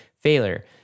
failure